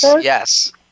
yes